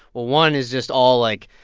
well, one is just all, like,